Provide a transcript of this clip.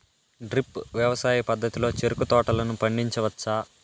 drip వ్యవసాయ పద్ధతిలో చెరుకు తోటలను పండించవచ్చా